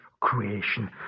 creation